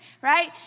right